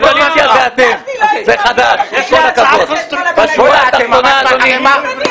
בשורה התחתונה אדוני,